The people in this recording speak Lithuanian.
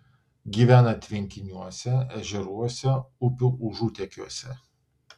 gyvena tvenkiniuose ežeruose upių užutėkiuose